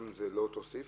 גם אם זה לא אותו סעיף?